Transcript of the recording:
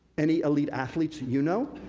any elite athletes you know?